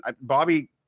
bobby